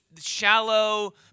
shallow